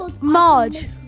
marge